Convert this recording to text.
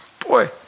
Boy